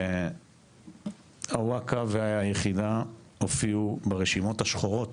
אווקה והיחידה הופיעו ברשימות השחורות